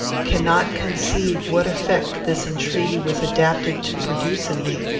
cannot conceive what effect this entreaty was adapted to produce in me.